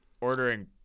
ordering